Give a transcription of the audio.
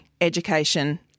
education